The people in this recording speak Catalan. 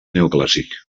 neoclàssic